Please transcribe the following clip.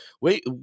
Wait